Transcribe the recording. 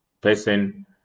person